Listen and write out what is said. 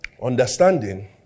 Understanding